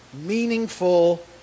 meaningful